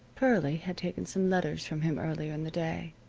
pearlie had taken some letters from him earlier in the day.